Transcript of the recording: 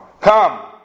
Come